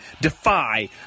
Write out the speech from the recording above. Defy